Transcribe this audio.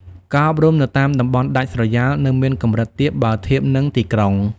ការអប់រំនៅតាមតំបន់ដាច់ស្រយាលនៅមានកម្រិតទាបបើធៀបនឹងទីក្រុង។